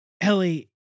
Ellie